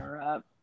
up